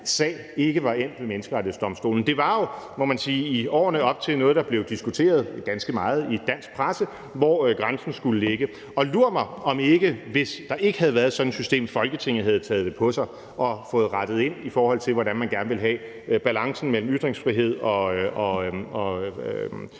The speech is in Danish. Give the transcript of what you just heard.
sag ikke var endt ved Menneskerettighedsdomstolen. Det var jo, må man sige, i årene op til, noget, der blev diskuteret, ganske meget, i dansk presse, altså hvor grænsen skulle ligge, og lur mig, om ikke, hvis ikke der havde været et sådant system, Folketinget havde taget det på sig og fået rettet ind, i forhold til hvordan man gerne vil have balancen mellem ytringsfrihed og